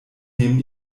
nehmen